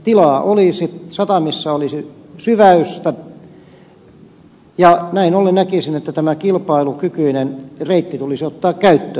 tilaa olisi satamissa olisi syväystä ja näin ollen näkisin että tämä kilpailukykyinen reitti tulisi ottaa käyttöön